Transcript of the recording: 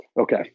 Okay